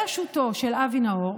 בראשותו של אבי נאור,